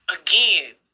again